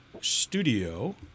Studio